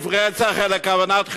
לדין על סעיף רצח אלא על כוונת חבלה.